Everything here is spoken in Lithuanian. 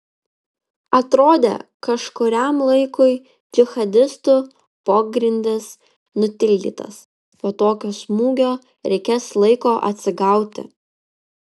atrodė kažkuriam laikui džihadistų pogrindis nutildytas po tokio smūgio reikės laiko atsigauti